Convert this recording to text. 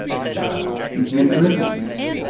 start with universities.